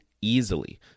easily